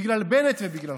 בגלל בנט ובגללך.